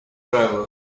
driver